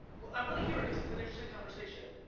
well, i wanna hear it cause it's an interesting conversation.